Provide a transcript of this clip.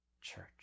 church